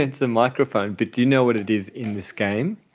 it's a microphone but do you know what it is in this game?